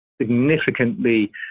significantly